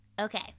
Okay